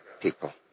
people